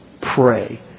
Pray